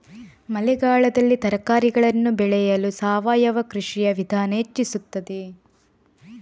ಮಳೆಗಾಲದಲ್ಲಿ ತರಕಾರಿಗಳನ್ನು ಬೆಳೆಯಲು ಸಾವಯವ ಕೃಷಿಯ ವಿಧಾನ ಹೆಚ್ಚಿಸುತ್ತದೆ?